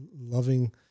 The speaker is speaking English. loving